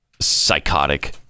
psychotic